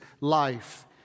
life